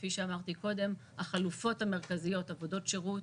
כפי שאמרתי קודם, החלופות המרכזיות, עבודות שירות,